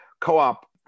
co-op